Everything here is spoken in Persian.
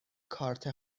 کارت